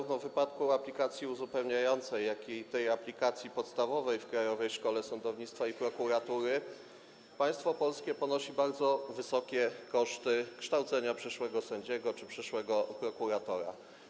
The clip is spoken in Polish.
W wypadku zarówno aplikacji uzupełniającej, jak i tej aplikacji podstawowej w Krajowej Szkole Sądownictwa i Prokuratury państwo polskie ponosi bardzo wysokie koszty kształcenia przyszłego sędziego czy przyszłego prokuratora.